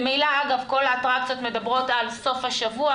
ממילא אגב כל האטרקציות מדברות על סוף השבוע,